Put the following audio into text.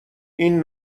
این